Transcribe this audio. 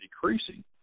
decreasing